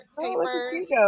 papers